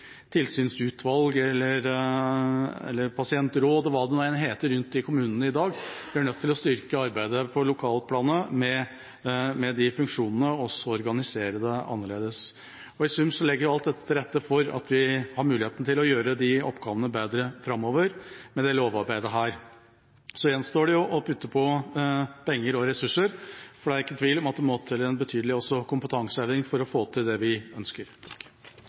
tilsynsutvalg eller pasientråd – og hva det nå enn heter rundt i kommunene i dag. Vi er nødt til å styrke arbeidet på lokalplanet med de funksjonene og organisere det annerledes. I sum legger alt dette til rette for at vi, med dette lovarbeidet, har muligheten til å gjøre de oppgavene bedre framover. Så gjenstår det å putte på penger og ressurser, for det er ikke tvil om at det også må til en betydelig kompetanseheving for å få til det vi ønsker.